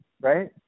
Right